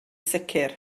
sicr